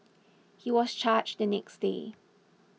he was charged the next day